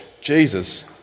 Jesus